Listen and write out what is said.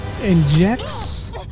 injects